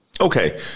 Okay